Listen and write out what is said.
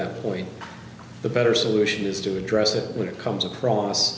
that point the better solution is to address it when it comes across